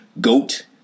GOAT